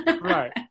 Right